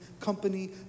company